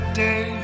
day